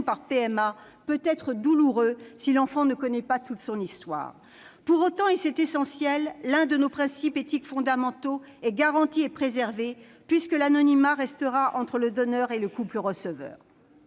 par PMA peuvent être douloureux si l'enfant ne connaît pas toute son histoire. Pour autant, et c'est essentiel, l'un de nos principes éthiques fondamentaux est garanti et préservé, puisque l'anonymat restera entre le donneur et le couple receveur.